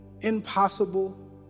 impossible